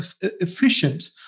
efficient